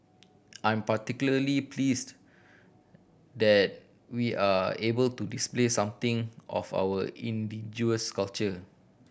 I'm particularly pleased that we're able to display something of our indigenous culture